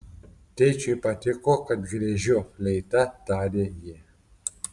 tėčiui patiko kad griežiu fleita tarė ji